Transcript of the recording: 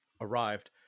arrived